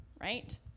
right